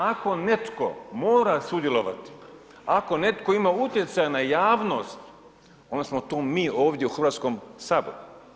Ako netko mora sudjelovati, ako netko ima utjecaja na javnost onda smo to mi ovdje u Hrvatskom saboru.